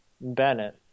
Bennett